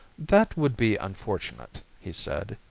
that would be unfortunate, he said,